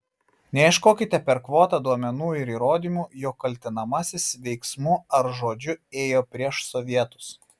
neieškokite per kvotą duomenų ir įrodymų jog kaltinamasis veiksmu ar žodžiu ėjo prieš sovietus